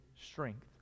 strength